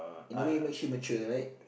in a way makes you mature right